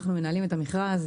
אנחנו מנהלים את המכרז,